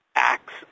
acts